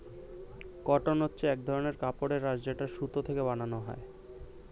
cotton হচ্ছে এক ধরনের কাপড়ের আঁশ যেটা সুতো থেকে বানানো হয়